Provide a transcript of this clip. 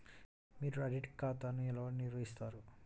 మీరు ఆడిట్ ఖాతాను ఎలా నిర్వహిస్తారు?